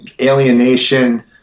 alienation